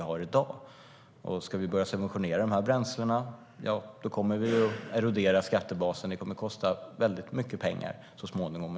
Ska vi börja att subventionera dessa bränslen, ja, då kommer vi att erodera skattebasen. Det kommer att kosta väldigt mycket pengar.